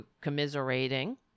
commiserating